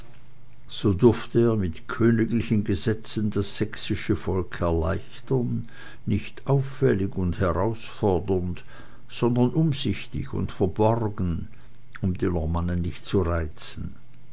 so durfte er mit königlichen gesetzen das sächsische volk erleichtern nicht auffällig und herausfordernd sondern umsichtig und verborgen um die normannen nicht zu reizen